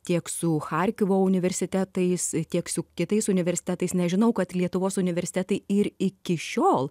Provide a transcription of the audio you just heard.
tiek su charkivo universitetais tiek su kitais universitetais nes žinau kad lietuvos universitetai ir iki šiol